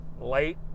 late